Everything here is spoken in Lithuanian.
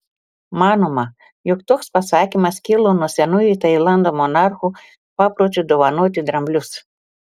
manoma jog toks pasakymas kilo nuo senųjų tailando monarchų papročio dovanoti dramblius